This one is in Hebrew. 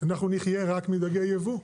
אנחנו נחייה רק מדגי ייבוא.